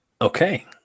Okay